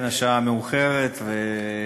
התשע"ד 2014, של חברי הכנסת רוברט אילטוב